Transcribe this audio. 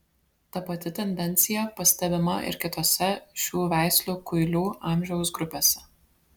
ta pati tendencija pastebima ir kitose šių veislių kuilių amžiaus grupėse